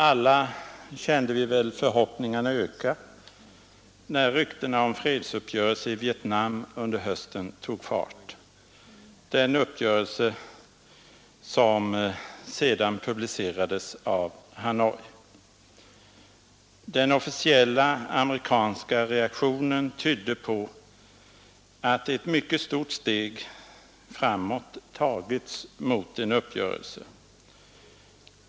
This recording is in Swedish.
Alla kände vi väl förhoppningarna öka när ryktena om en fredsuppgörelse i Vietnam under hösten tog fart, en uppgörelse som sedan publicerades av Hanoi. Den officiella amerikanska reaktionen tydde på att ett mycket stort steg framåt tagits mot en uppgörelse.